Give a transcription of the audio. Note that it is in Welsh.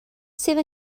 sydd